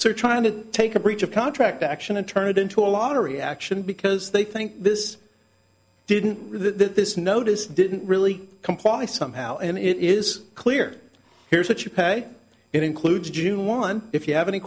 so trying to take a breach of contract action and turn it into a lottery action because they think this didn't this notice didn't really comply somehow and it is clear here's what you pay it includes june one if you have any